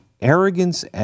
arrogance